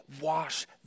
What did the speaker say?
Wash